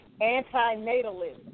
Anti-natalism